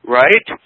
right